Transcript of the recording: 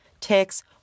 ticks